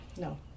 No